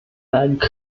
bag